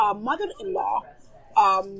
mother-in-law